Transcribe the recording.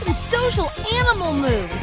ah social animal moves.